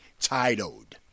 titled